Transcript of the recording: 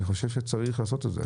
אני חושב שצריך לעשות את זה.